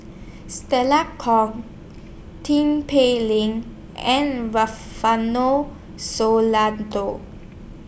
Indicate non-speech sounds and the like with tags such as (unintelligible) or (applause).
Stella Kon Tin Pei Ling and Rufino (unintelligible)